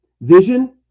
vision